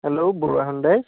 hello Barua Hyundai